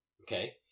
Okay